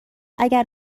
اگر